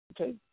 Okay